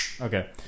Okay